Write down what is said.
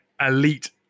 elite